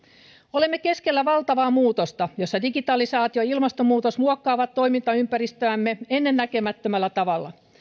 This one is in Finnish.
olemme keskellä valtavaa muutosta jossa digitalisaatio ja ilmastonmuutos muokkaavat toimintaympäristöämme ennennäkemättömällä tavalla